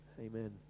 Amen